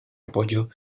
apoyo